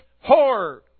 horror